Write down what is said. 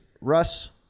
Russ